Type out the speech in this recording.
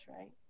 right